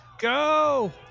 Go